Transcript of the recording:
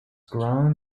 grown